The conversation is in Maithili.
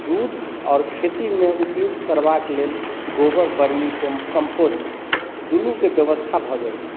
दूध आओर खेतीमे उपयुक्त करबाक लेल गोबर वर्मी कोम कम्पोस्ट दुनूके व्यवस्था भऽ जाइत छलै